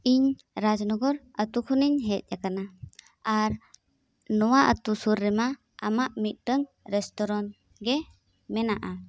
ᱤᱧ ᱨᱟᱡᱽᱱᱚᱜᱚᱨ ᱟᱛᱩ ᱠᱷᱚᱱᱤᱧ ᱦᱮᱡ ᱟᱠᱟᱱᱟ ᱟᱨ ᱱᱚᱣᱟ ᱟᱛᱩ ᱥᱩᱨ ᱨᱮᱢᱟ ᱟᱢᱟᱜ ᱢᱤᱜᱴᱟᱹᱝ ᱨᱮᱥᱴᱩᱨᱮᱱᱴ ᱜᱮ ᱢᱮᱱᱟᱜᱼᱟ